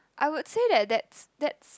I would say that that's that's